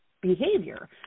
behavior